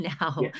now